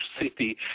city